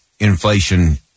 Inflation